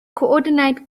coordinate